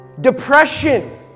Depression